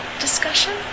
discussion